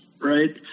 right